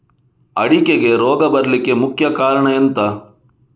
ಅಡಿಕೆಗೆ ರೋಗ ಬರ್ಲಿಕ್ಕೆ ಮುಖ್ಯ ಕಾರಣ ಎಂಥ?